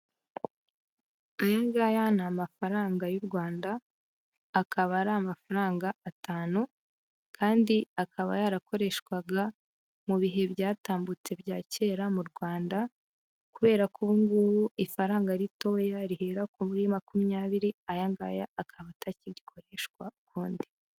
Aya ngaya ni amafaranga y'u Rwanda, akaba ari amafaranga atanu kandi akaba yarakoreshwaga mu bihe byatambutse bya kera mu Rwanda, kubera ko ubu ngubu ifaranga ritoya rihera kuri makumyabiri, aya ngaya akaba atagikoreshwa ukundi.